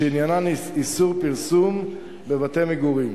שעניינן איסור פרסום בבתי-מגורים.